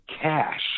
cash